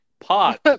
pot